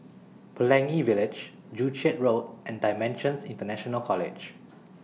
Pelangi Village Joo Chiat Road and DImensions International College